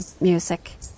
music